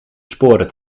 sporen